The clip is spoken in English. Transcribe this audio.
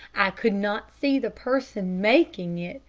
i could not see the person making it,